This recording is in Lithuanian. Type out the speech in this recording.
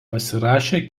pasirašė